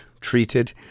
treated